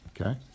Okay